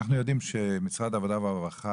אנחנו יודעים שמשרד העבודה והרווחה